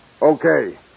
Okay